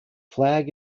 flag